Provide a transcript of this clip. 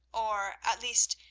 or, at least,